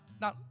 now